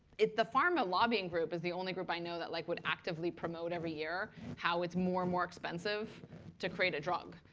the pharma lobbying group is the only group i know that like would actively promote every year how it's more and more expensive to create a drug.